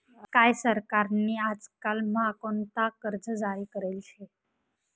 काय सरकार नी आजकाल म्हा कोणता कर्ज जारी करेल शे